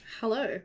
Hello